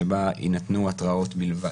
-- שבה ייתנו התראות בלבד.